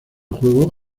juego